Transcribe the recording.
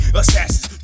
assassins